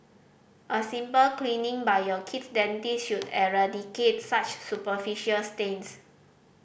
a simple cleaning by your kid's dentist should eradicate such superficial stains